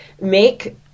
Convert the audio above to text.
make